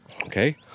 Okay